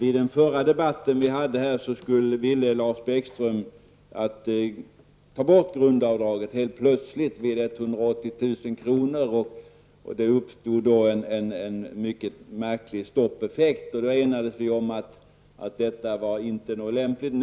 I den förra debatten vi hade här ville Lars Bäckström att man helt plötsligt skulle ta bort grundavdraget vid 180 000 kronor. Det uppstod då en mycket märklig stoppeffekt. Vi enades om att detta inte var lämpligt.